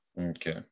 Okay